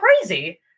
crazy